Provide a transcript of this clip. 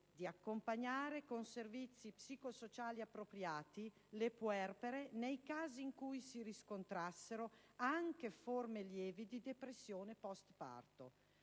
di accompagnare con servizi psico-sociali appropriati le puerpere nei casi in cui si riscontrassero anche forme lievi di depressione postparto.